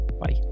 Bye